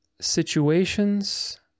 situations